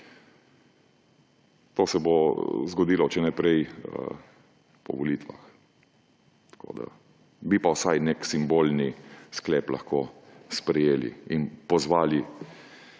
To se bo zgodilo, če ne prej, po volitvah. Bi pa vsaj nek simbolni sklep lahko sprejeli in pozvali